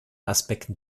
aspekten